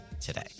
today